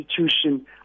institution